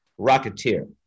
Rocketeer